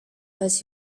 als